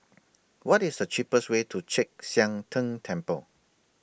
What IS The cheapest Way to Chek Sian Tng Temple